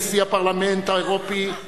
נשיא הפרלמנט האירופי,